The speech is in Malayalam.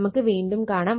നമുക്ക് വീണ്ടും കാണാം